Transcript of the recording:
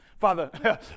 Father